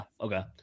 Okay